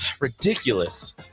Ridiculous